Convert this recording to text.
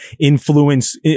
influence